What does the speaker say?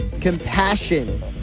compassion